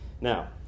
Now